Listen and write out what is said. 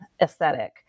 aesthetic